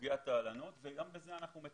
לסוגיית ההלנות וגם בזה אנחנו מטפלים.